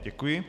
Děkuji.